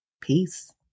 Peace